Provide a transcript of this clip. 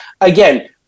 Again